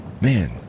man